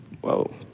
Whoa